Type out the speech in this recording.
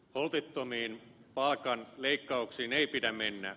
holtittomiin palkanleikkauksiin ei pidä mennä